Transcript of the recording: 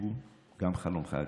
שהוא גם חלומך הגדול.